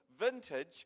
vintage